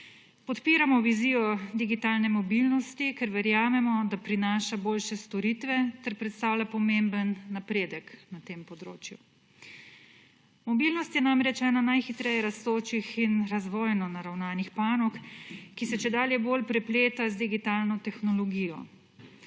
Podpiramo vizijo digitalne mobilnosti, ker verjamemo, da prinaša boljše storitve ter predstavlja pomemben napredek na tem področju. Mobilnost je namreč ena najhitreje rastočih in razvojno naravnanih panog, ki se čedalje bolj prepleta z digitalno tehnologijo.